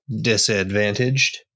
Disadvantaged